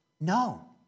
no